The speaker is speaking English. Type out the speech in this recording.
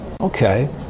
Okay